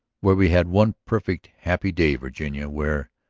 where we had one perfect, happy day, virginia where,